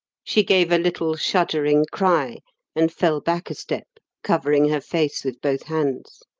she gave a little shuddering cry and fell back a step, covering her face with both hands.